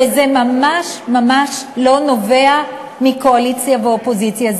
שזה ממש ממש לא נובע מקואליציה ואופוזיציה.